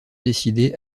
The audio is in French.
décidé